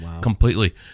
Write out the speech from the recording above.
completely